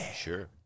sure